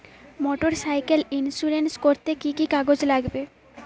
Motorcycle insurance করতে কি কি কাগজ লাগবে?